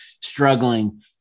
struggling